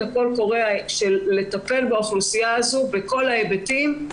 הקול קורא שיש לטפל באוכלוסייה הזו בכל ההיבטים.